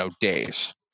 days